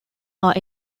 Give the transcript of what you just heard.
are